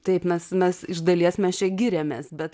taip mes mes iš dalies mes čia giriamės bet